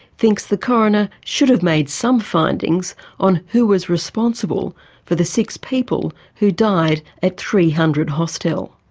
thinks the coroner should have made some findings on who was responsible for the six people who died at three hundred hostel.